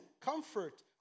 comfort